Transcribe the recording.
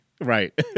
Right